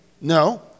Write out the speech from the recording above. No